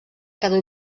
cada